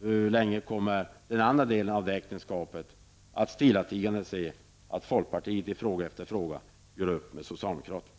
Hur länge kommer den andra delen av detta äktenskap att stillatigande se att folkpartiet i fråga efter fråga gör upp med socialdemokraterna?